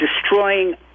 destroying